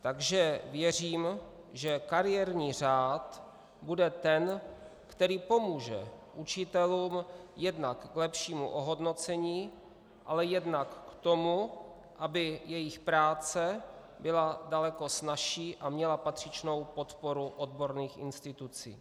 Takže věřím, že kariérní řád bude ten, který pomůže učitelům jednak k lepšímu ohodnocení, ale jednak k tomu, aby jejich práce byla daleko snazší a měla patřičnou podporu odborných institucí.